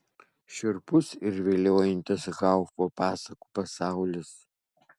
šiurpus ir viliojantis haufo pasakų pasaulis